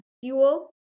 fuel